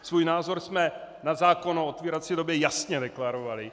Svůj názor jsme na zákon o otvírací době jasně deklarovali.